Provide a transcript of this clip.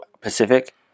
Pacific